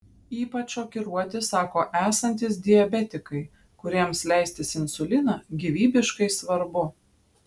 ypač šokiruoti sako esantys diabetikai kuriems leistis insuliną gyvybiškai svarbu